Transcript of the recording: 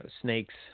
Snakes